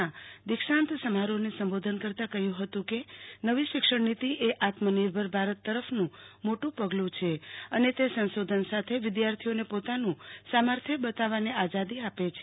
ના દીક્ષાંત સમારોહને સંબોધન કરતા શ્રી મોદીએ કહ્યું હતું કે નવી શિક્ષણ નીતિ એ આત્મનિર્ભર ભારત તરફનુ મોટું પગલું છે અને તે સંશોધન સાથે વિદ્યાર્થીઓને પોતાનું સામર્થ્ય બતાવવાની આઝાદી આપે છે